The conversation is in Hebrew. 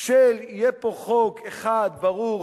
שיהיה פה חוק אחד ברור,